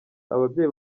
ababyeyi